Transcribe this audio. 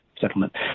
settlement